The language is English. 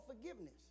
forgiveness